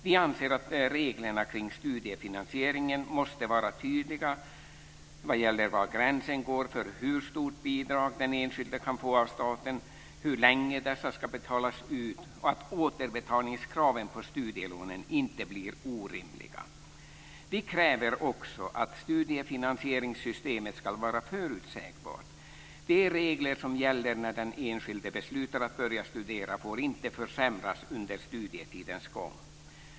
Vi anser att reglerna kring studiefinansieringen måste vara tydliga när det gäller var gränsen går för hur stort bidrag den enskilde kan få av staten, hur länge dessa ska betalas ut och att återbetalningskraven när det gäller studielånen inte blir orimliga. Vi kräver också att studiefinansieringssystemet ska vara förutsägbart. De regler som gäller när den enskilde beslutar att börja studera får inte försämras under studietidens gång.